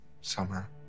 Summer